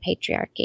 patriarchy